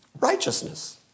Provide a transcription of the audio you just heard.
righteousness